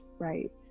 Right